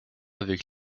avec